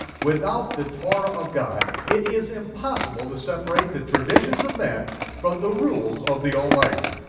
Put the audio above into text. without the torah of god, it is impossible to separate the traditions of men from the rules of the almighty.